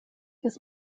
his